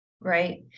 Right